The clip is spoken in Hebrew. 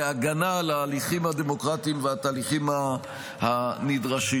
בהגנה על ההליכים הדמוקרטיים והתהליכים הנדרשים.